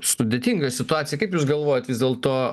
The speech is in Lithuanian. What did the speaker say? sudėtinga situacija kaip jūs galvojat vis dėlto